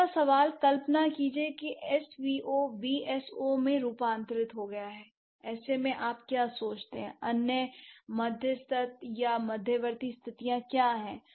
तीसरा सवाल कल्पना कीजिए कि एसवीओ वीएसओ में रूपांतरित हो गया है ऐसे में आप क्या सोचते हैं अन्य मध्यस्थ या मध्यवर्ती स्थितियां क्या हैं